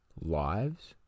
lives